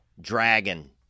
dragon